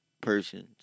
person's